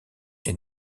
est